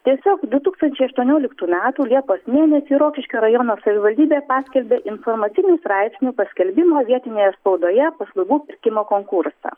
tiesiog du tūkstančiai aštuonioliktų metų liepos mėnesį rokiškio rajono savivaldybė paskelbė informacinių straipsnių paskelbimo vietinėje spaudoje paslaugų pirkimo konkursą